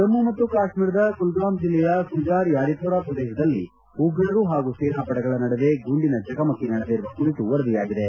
ಜಮ್ನು ಮತ್ತು ಕಾಶ್ಮೀರದ ಕುಲ್ಗಾಂ ಜಿಲ್ಲೆಯ ಕುಜಾರ್ ಯಾರಿಪೋರ ಶ್ರದೇಶದಲ್ಲಿ ಉಗ್ರರು ಹಾಗೂ ಸೇನಾಪಡೆಗಳ ನಡುವೆ ಗುಂಡಿನ ಚಕಮಕಿ ನಡೆದಿರುವ ಕುರಿತು ವರದಿಯಾಗಿದೆ